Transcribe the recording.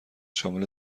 شامل